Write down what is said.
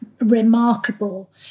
Remarkable